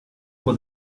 for